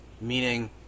Meaning